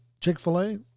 Chick-fil-A